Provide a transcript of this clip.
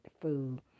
food